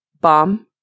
Bomb